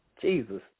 Jesus